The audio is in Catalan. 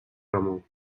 remor